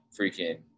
freaking